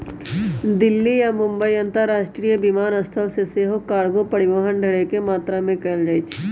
दिल्ली आऽ मुंबई अंतरराष्ट्रीय विमानस्थल से सेहो कार्गो परिवहन ढेरेक मात्रा में कएल जाइ छइ